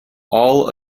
all